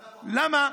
למה?